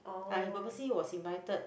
ah he purposely was invited